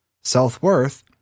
self-worth